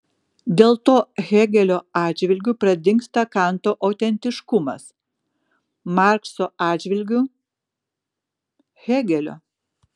dėl to hėgelio atžvilgiu pradingsta kanto autentiškumas markso atžvilgiu hėgelio